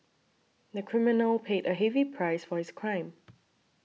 the criminal paid a heavy price for his crime